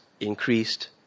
increased